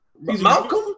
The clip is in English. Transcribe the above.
Malcolm